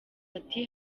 ati